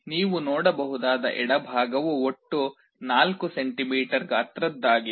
ನೀವು ನೋಡಬಹುದಾದ ಎಡಭಾಗವು ಒಟ್ಟು 4 ಸೆಂಟಿಮೀಟರ್ ಗಾತ್ರದ್ದಾಗಿದೆ